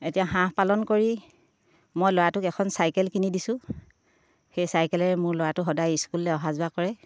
এতিয়া হাঁহ পালন কৰি মই ল'ৰাটোক এখন চাইকেল কিনি দিছোঁ সেই চাইকেলেৰে মোৰ ল'ৰাটো সদায় স্কুললৈ অহা যোৱা কৰে